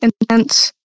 intense